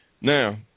now